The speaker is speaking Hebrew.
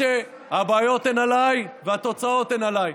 הבעיות הן עליי והתוצאות הן עליי.